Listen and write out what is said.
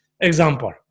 Example